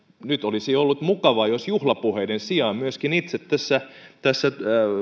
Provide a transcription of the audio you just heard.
nyt olisi ollut mukavaa jos juhlapuheiden sijaan myöskin itse tässä tässä